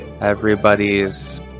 everybody's